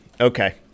Okay